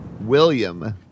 William